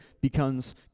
becomes